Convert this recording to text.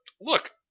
Look